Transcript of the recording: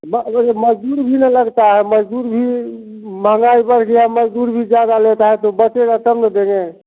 वही मजदूर भी ना लगता है मजदूर भी महंगाई बढ़ गया है मजदूर भी ज़्यादा लेता है तो बचेगा तब न देंगे